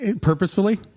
Purposefully